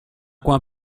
coin